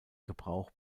gebrauch